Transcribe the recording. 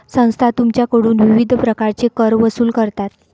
संस्था तुमच्याकडून विविध प्रकारचे कर वसूल करतात